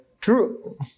true